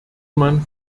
man